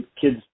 kids